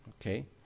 Okay